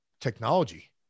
technology